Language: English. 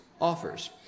offers